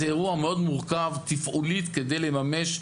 זה אירוע מאוד מורכב תפעולית כדי לממש,